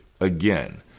again